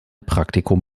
praktikum